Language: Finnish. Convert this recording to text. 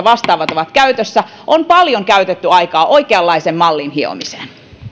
vastaavat ovat käytössä on paljon käytetty aikaa oikeanlaisen mallin hiomiseen